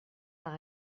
par